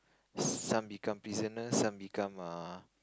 some become prisoner some become err